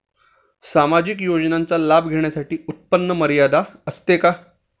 सामाजिक योजनांचा लाभ घेण्यासाठी उत्पन्न मर्यादा असते का?